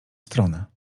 stronę